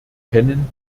kennen